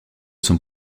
son